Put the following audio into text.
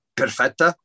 perfetta